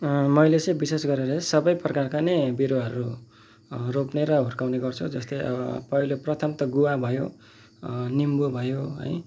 मैले चाहिँ विशेष गरेर सबै प्रकारका नै बिरुवाहरू रोप्ने र हुर्काउने गर्छु जस्तै पहिलो प्रथम त गुवा भयो निम्बू भयो है